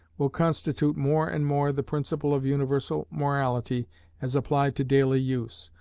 will constitute more and more the principle of universal morality as applied to daily use.